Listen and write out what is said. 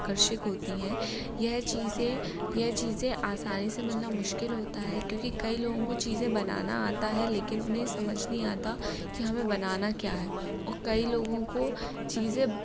आकर्षिक होती हैं यह चीज़ें यह चीजें आसानी से मिलना मुश्किल होता है क्योंकि कई लोगों को चीज़ें बनाना आता है लेकिन उन्हें समझ नहीं आता कि हमें बनाना क्या है और कई लोगों को चीज़ें